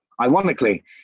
ironically